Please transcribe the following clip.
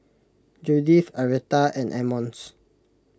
Judyth Aretha and Emmons